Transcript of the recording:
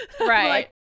right